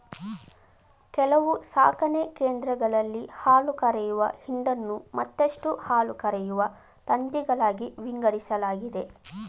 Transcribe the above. ಕೆಲವು ಸಾಕಣೆ ಕೇಂದ್ರಗಳಲ್ಲಿ ಹಾಲುಕರೆಯುವ ಹಿಂಡನ್ನು ಮತ್ತಷ್ಟು ಹಾಲುಕರೆಯುವ ತಂತಿಗಳಾಗಿ ವಿಂಗಡಿಸಲಾಗಿದೆ